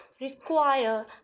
require